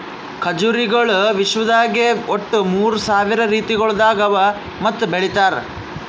ಖಜುರಿಗೊಳ್ ವಿಶ್ವದಾಗ್ ಒಟ್ಟು ಮೂರ್ ಸಾವಿರ ರೀತಿಗೊಳ್ದಾಗ್ ಅವಾ ಮತ್ತ ಬೆಳಿತಾರ್